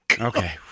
Okay